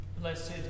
Blessed